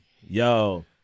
Yo